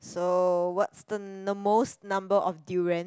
so what's the the most number of durian